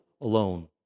alone